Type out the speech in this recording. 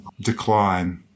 decline